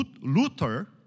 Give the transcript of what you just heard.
Luther